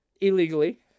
illegally